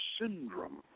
syndrome